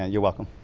ah you're welcome.